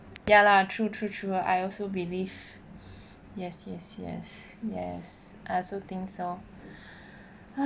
ya lah true true true I also believe yes yes yes yes I also think so